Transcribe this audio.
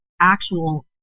actual